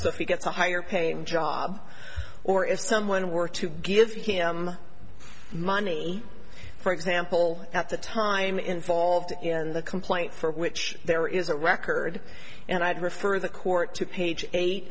he gets a higher paying job or if someone were to give him money for example at the time involved in the complaint for which there is a record and i'd refer the court to page eight